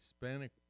Hispanic